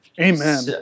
Amen